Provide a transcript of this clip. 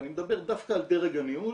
ואני מדבר דווקא על דרג הניהול,